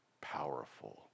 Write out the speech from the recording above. powerful